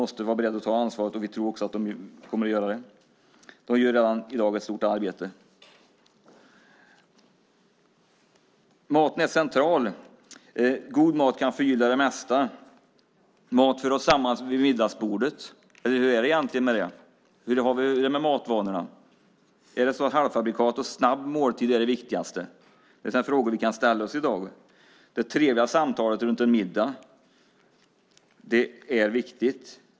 Man gör ett stort arbete redan i dag. Maten är central. God mat kan förgylla det mesta. Mat för oss samman vid middagsbordet. Eller hur är det egentligen med det? Hur har vi det med matvanorna? Är halvfabrikat och snabba måltider det viktigaste? Det är frågor som vi kan ställa oss i dag. Det trevliga samtalet runt en middag är viktigt.